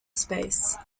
space